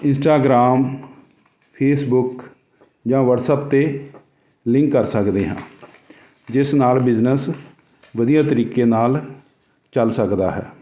Instagram Facebook ਜਾਂ WhatsApp 'ਤੇ link ਕਰ ਸਕਦੇ ਹਾਂ ਜਿਸ ਨਾਲ ਬਿਜਨਸ ਵਧੀਆ ਤਰੀਕੇ ਨਾਲ ਚੱਲ ਸਕਦਾ ਹੈ